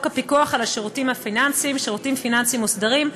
הפיקוח על שירותים פיננסיים (שירותים פיננסיים מוסדרים)